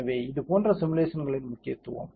எனவே இது போன்ற சிமுலேஷன்ஸ்களின் முக்கியத்துவம்